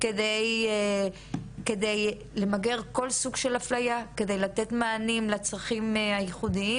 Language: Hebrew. על מנת למגר כל סוג של אפליה ועל מנת לתת מענים לכל הצרכים הייחודיים